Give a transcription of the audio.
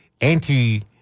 anti